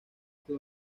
que